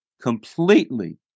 completely